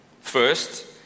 First